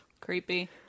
Creepy